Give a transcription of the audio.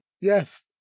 Yes